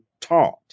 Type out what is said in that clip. taught